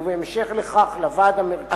ובהמשך לכך לוועד המרכזי,